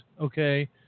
okay